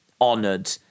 honoured